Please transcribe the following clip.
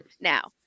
now